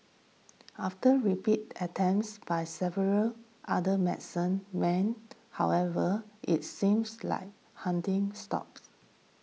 after repeated attempts by several other medicine men however it seems like haunting stopped